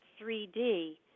3d